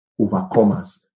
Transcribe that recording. overcomers